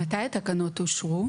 מתי התקנות אושרו?